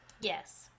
Yes